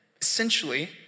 essentially